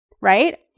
right